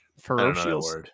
ferocious